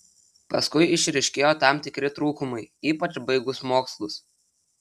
paskui išryškėjo tam tikri trūkumai ypač baigus mokslus